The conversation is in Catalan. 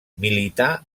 milità